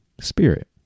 Spirit